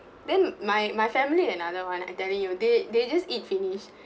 then my my family another one I'm telling you they they just eat finish